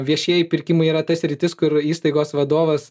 viešieji pirkimai yra ta sritis kur įstaigos vadovas